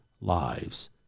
lives